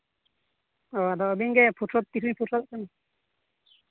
ᱚ ᱟᱫᱚ ᱟᱹᱵᱤᱱᱜᱮ ᱚᱯᱥᱚᱨ ᱛᱤᱱᱨᱮ ᱚᱯᱚᱥᱚᱨᱚᱜ ᱠᱟᱱᱟ